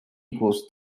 equals